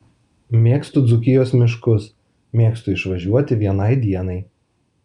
mėgstu dzūkijos miškus mėgstu išvažiuoti vienai dienai